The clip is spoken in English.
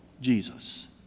Jesus